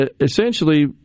essentially